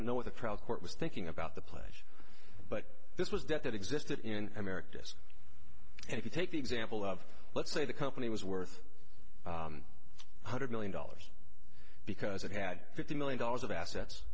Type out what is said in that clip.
don't know what the trial court was thinking about the play but this was death that existed in america and if you take the example of let's say the company was worth one hundred million dollars because it had fifty million dollars of assets